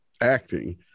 acting